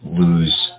lose